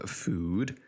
food